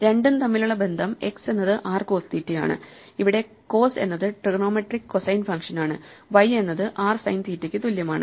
രണ്ടും തമ്മിലുള്ള ബന്ധം x എന്നത് r കോസ് തീറ്റയാണ് ഇവിടെ കോസ് എന്നത് ട്രിഗണോമെട്രിക് കോസൈൻ ഫംഗ്ഷനാണ് y എന്നത് r സൈൻ തീറ്റയ്ക്ക് തുല്യമാണ്